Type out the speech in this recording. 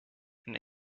and